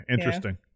Interesting